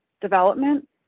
development